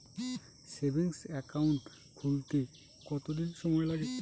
Savings account খুলতে কতদিন সময় লাগে?